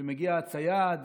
שמגיע הצייד